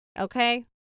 Okay